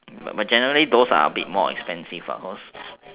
but generally those are a bit more expensive lah cause